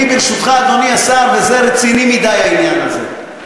ברשותך, אדוני השר, זה רציני מדי, העניין הזה.